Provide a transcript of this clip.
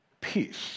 peace